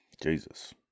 Jesus